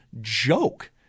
joke